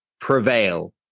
prevail